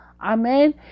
Amen